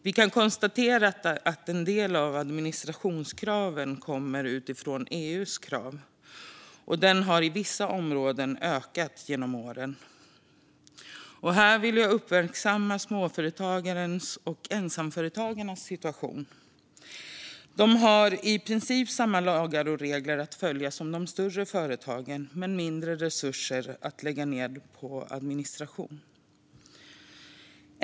Vi kan konstatera att en del av administrationskraven kommer från EU:s krav, som på vissa områden har ökat genom åren. Här vill jag uppmärksamma småföretagens och ensamföretagarnas situation. De har i princip samma lagar och regler att följa som de större företagen men mindre resurser att lägga på administration.